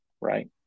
right